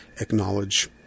acknowledge